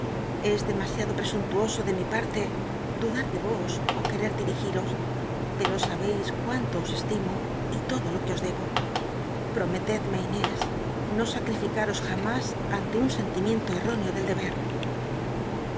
es demasiado presuntuoso ele mi parle dudar de vos ó qucrcr dirigiros pero sabeis cu inlo os estimo y l odo lo que os debo prometed me lnés no acrificar s jamüs tnle un sen timiento erróneo del deber